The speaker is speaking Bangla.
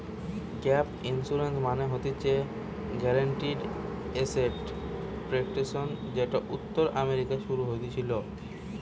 গ্যাপ ইন্সুরেন্স মানে হতিছে গ্যারান্টিড এসেট প্রটেকশন যেটি উত্তর আমেরিকায় শুরু হতেছিলো